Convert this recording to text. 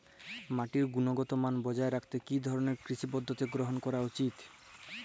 মাটির গুনগতমান বজায় রাখতে কি ধরনের কৃষি পদ্ধতি গ্রহন করা উচিৎ?